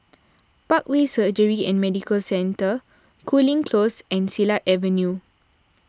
Parkway Surgery and Medical Centre Cooling Close and Silat Avenue